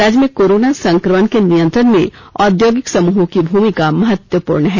राज्य में कोरोना संक्रमण के नियंत्रण में औद्योगिक समूहों की भूमिका महत्वपूर्ण है